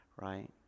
Right